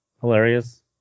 hilarious